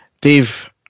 Dave